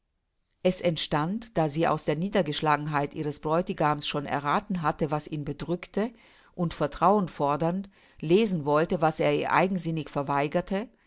es entstand da sie aus der niedergeschlagenheit ihres bräutigams schon errathen hatte was ihn bedrücke und vertrauen fordernd lesen wollte was er ihr eigensinnig verweigerte